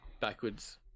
backwards